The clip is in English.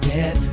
Get